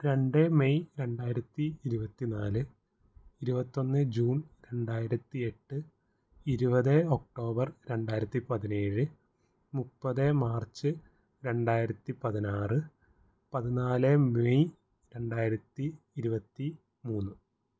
രണ്ട് മെയ് രണ്ടായിരത്തി ഇരുപത്തി നാല് ഇരുപത്തൊന്ന് ജൂണ് രണ്ടായിരത്തി എട്ട് ഇരുപത് ഒക്റ്റോബര് രണ്ടായിരത്തി പതിനേഴ് മുപ്പത് മാര്ച്ച് രണ്ടായിരത്തി പതിനാറ് പതിനാല് മെയ് രണ്ടായിരത്തി ഇരുപത്തി മൂന്ന്